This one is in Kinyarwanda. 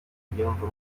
yiyumva